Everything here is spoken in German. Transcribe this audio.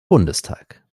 bundestag